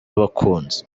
abakunzi